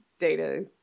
data